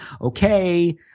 Okay